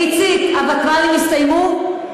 איציק, הוותמ"לים הסתיימו?